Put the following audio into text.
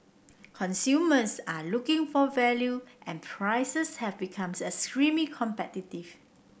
consumers are looking for value and prices have become extremely competitive